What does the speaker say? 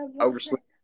oversleep